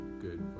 good